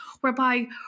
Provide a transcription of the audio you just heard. whereby